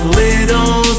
little